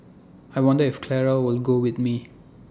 I wonder if Clara will go with me